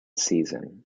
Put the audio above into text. season